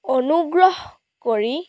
অনুগ্ৰহ কৰি